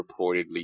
reportedly